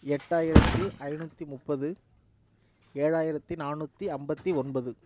எட்டாயிரத்தி ஐநூற்றி முப்பது ஏழாயிரத்தி நாநூற்றி ஐம்பத்தி ஒன்பது